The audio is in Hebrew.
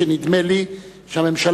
שנדמה לי שהממשלה,